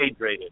hydrated